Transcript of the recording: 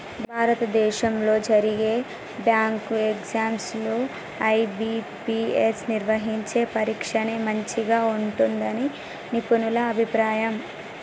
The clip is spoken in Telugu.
భారతదేశంలో జరిగే బ్యాంకు ఎగ్జామ్స్ లో ఐ.బీ.పీ.ఎస్ నిర్వహించే పరీక్షనే మంచిగా ఉంటుందని నిపుణుల అభిప్రాయం